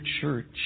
church